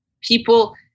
people